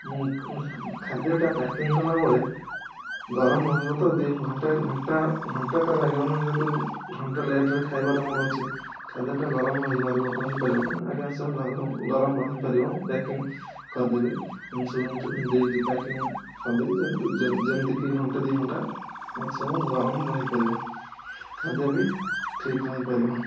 ମୁଁ ଖାଦ୍ୟଟା ପ୍ୟାକିଙ୍ଗ କଲାବେଳେ ଗରମ ରହିବ ତ ଦୁଇଘଣ୍ଟା ଘଣ୍ଟାଟା ଘଣ୍ଟାଟା ଲାଗିବନା ଯେହେତୁ ଘଣ୍ଟେ ଲେଟ୍ରେ ଖାଇବାର ମୋର ଅଛି ଖାଦ୍ୟଟା ଗରମ ରହିପାରିବ ଗରମ ରହିପାରିବ ମୁଁ ପ୍ୟାକିଙ୍ଗ କରିଦେବି ଇନ୍ସୁଲେଟେଡ଼ ଦେଇକି ପ୍ୟାକିଙ୍ଗ କରିଦେବି ଯେମିତିକି ଘଣ୍ଟେ ଦୁଇ ଘଣ୍ଟା ମାକ୍ସିମମ୍ ଗରମ ରହିପାରିବ ଖାଦ୍ୟ ବି ଠିକ୍ ରହିପାରିବ